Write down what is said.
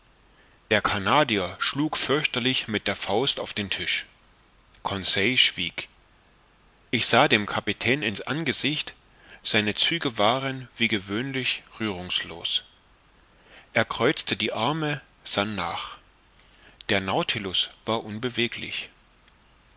der canadier schlug fürchterlich mit der faust auf den tisch conseil schwieg ich sah dem kapitän in's angesicht seine züge waren wie gewöhnlich rührungslos er kreuzte die arme sann nach der nautilus war unbeweglich